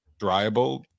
dryable